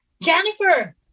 Jennifer